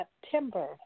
September